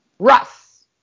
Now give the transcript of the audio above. Russ